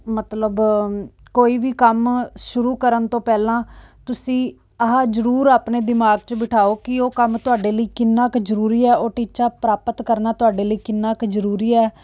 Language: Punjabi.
ਮਤਲਬ ਕੋਈ ਵੀ ਕੰਮ ਸ਼ੁਰੂ ਕਰਨ ਤੋਂ ਪਹਿਲਾਂ ਤੁਸੀਂ ਆਹ ਜ਼ਰੂਰ ਆਪਣੇ ਦਿਮਾਗ 'ਚ ਬਿਠਾਓ ਕਿ ਉਹ ਕੰਮ ਤੁਹਾਡੇ ਲਈ ਕਿੰਨਾ ਕੁ ਜ਼ਰੂਰੀ ਹੈ ਉਹ ਟੀਚਾ ਪ੍ਰਾਪਤ ਕਰਨਾ ਤੁਹਾਡੇ ਲਈ ਕਿੰਨਾ ਕੁ ਜ਼ਰੂਰੀ ਹੈ